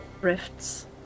rifts